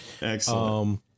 Excellent